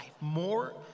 more